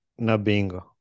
Nabingo